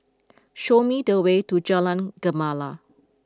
show me the way to Jalan Gemala